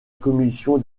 commission